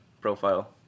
profile